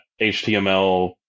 HTML